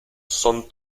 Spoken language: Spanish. son